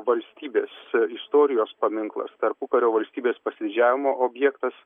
valstybės istorijos paminklas tarpukario valstybės pasididžiavimo objektas